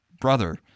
brother